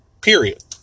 period